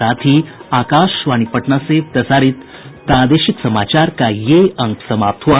इसके साथ ही आकाशवाणी पटना से प्रसारित प्रादेशिक समाचार का ये अंक समाप्त हुआ